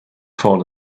fall